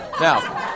Now